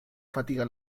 fatiga